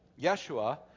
Yeshua